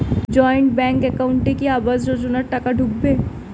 Joint bank একাউন্টে কি আবাস যোজনা টাকা ঢুকবে?